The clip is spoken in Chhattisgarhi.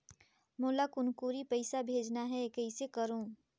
मोला कुनकुरी पइसा भेजना हैं, कइसे करो?